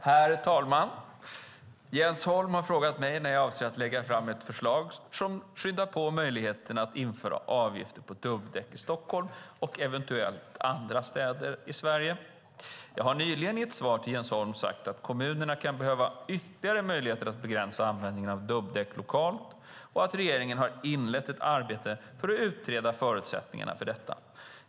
Herr talman! Jens Holm har frågat mig när jag avser att lägga fram ett förslag som skyndar på möjligheten att införa avgifter på dubbdäck i Stockholm och eventuellt andra städer i Sverige. Jag har nyligen i ett svar till Jens Holm sagt att kommunerna kan behöva ytterligare möjligheter att begränsa användningen av dubbdäck lokalt och att regeringen har inlett ett arbete för att utreda förutsättningarna för detta.